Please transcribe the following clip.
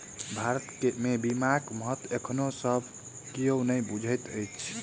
भारत मे बीमाक महत्व एखनो सब कियो नै बुझैत अछि